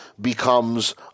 becomes